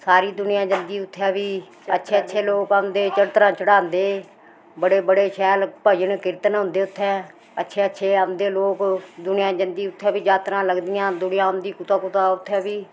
सारी दुनियां जंदी उत्थै बी अच्छे अच्छे लोक औंदे चढ़तनां चढांदे बड़े बड़े शैल भजन कीर्तन होंदे उत्थैं अच्छे अच्छे औंदे लोक दुनिया जंदी उत्थैं बी यात्रां लगदियां दुनियां औंदी कुतां कुतां उत्थैं बी